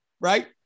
right